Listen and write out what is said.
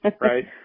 right